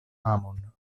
amon